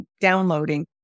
downloading